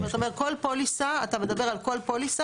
אתה אומר כל פוליסה, אתה מדבר על כל פוליסה.